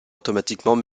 automatiquement